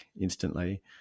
instantly